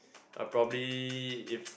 I'll probably if